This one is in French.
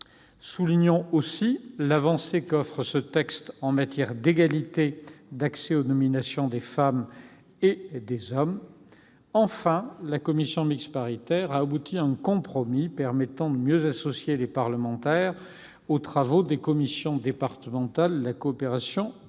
Soulignons aussi l'avancée qu'offre ce texte en matière d'égalité d'accès aux nominations des femmes et des hommes. Enfin, la commission mixte paritaire a abouti à un compromis permettant de mieux associer les parlementaires aux travaux des commissions départementales de la coopération